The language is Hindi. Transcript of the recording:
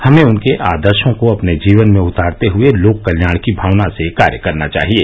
हमें उनके आदर्शो को अपने जीवन में उतारते हुए लोक कल्याण की भावना से कार्य करना चाहिये